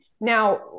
now